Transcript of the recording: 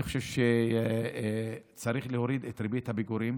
אני חושב שצריך להוריד את ריבית הפיגורים.